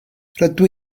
rydw